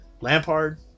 Lampard